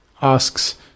asks